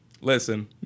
listen